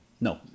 No